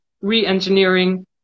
re-engineering